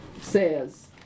says